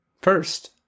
First